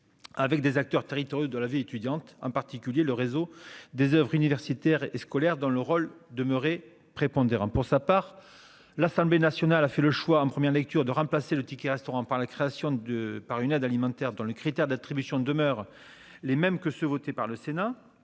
Avec des acteurs territoriaux de la vie étudiante en particulier le réseau des Oeuvres universitaires et scolaires dans le rôle. Prépondérant pour sa part, l'Assemblée nationale a fait le choix en première lecture de remplacer le ticket restaurant par la création de par une aide alimentaire dans les critères d'attribution demeurent les mêmes que ceux votés par le Sénat.